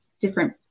different